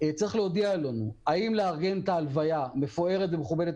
צריך להודיע לנו האם לארגן את הלוויה מפוארת ומכובדת